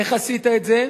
איך עשית את זה?